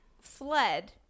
fled